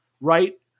right